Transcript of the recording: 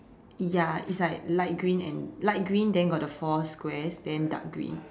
ya it's like light green and light green then got the four squares then dark green